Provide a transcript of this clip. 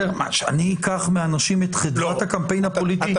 שאני אקח מאנשים את חדוות הקמפיין הפוליטי